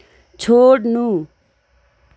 छोड्नु